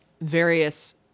various